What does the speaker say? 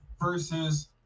versus